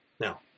Now